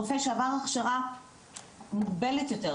רופא שעבר הכשרה מוגבלת יותר,